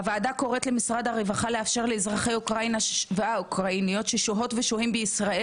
הוועדה קוראת למשרד הרווחה לאפשר לאזרחי אוקראינה ששוהים ושוהות בישראל